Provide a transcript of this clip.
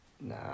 Nah